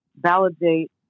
validate